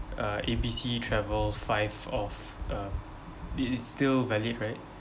uh A B C travel five off uh it is still valid right